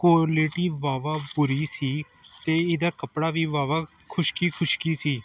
quality ਵਾਹਵਾ ਬੁਰੀ ਸੀ ਅਤੇ ਇਹਦਾ ਕੱਪੜਾ ਵੀ ਵਾਹਵਾ ਖੁਸ਼ਕੀ ਖੁਸ਼ਕੀ ਸੀ